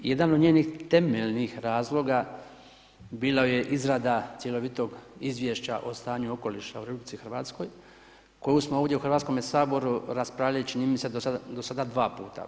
Jedan od njenih temeljnih razloga bila je izrada cjelovitog izvješća o stanju okoliša u RH koju smo ovdje u Hrvatskome saboru raspravljati čini mi se do sada 2 puta.